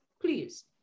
please